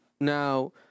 now